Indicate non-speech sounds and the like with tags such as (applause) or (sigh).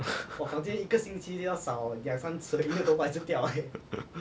(laughs)